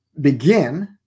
begin